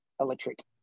electric